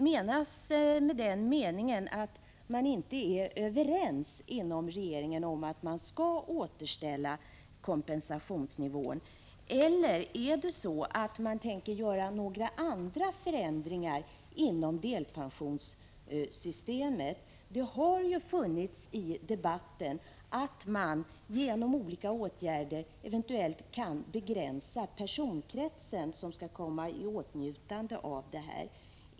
Menas därmed att man inte är överens inom regeringen om att man skall återställa kompensationsnivån, eller tänker man göra några andra förändringar inom delpensionssystemet? Det har nämnts i debatten att det eventuellt skulle vara möjligt att genom olika åtgärder begränsa den personkrets som skall komma i åtnjutande av möjligheterna till delpension.